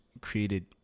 created